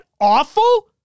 awful